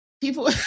people